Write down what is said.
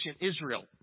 Israel